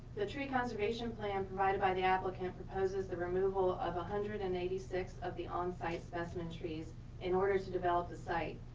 the tree conservation plan provided by the applicant proposes the removal of one hundred and eighty six of the on-site specimen trees in order to develop the site.